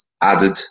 added